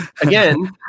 Again